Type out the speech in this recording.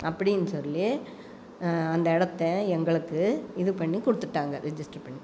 அப்படினு சொல்லி அந்த இடத்த எங்களுக்கு இது பண்ணி கொடுத்துட்டாங்க ரிஜிஸ்ட்ரு பண்ணி